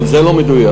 גם זה לא מדויק.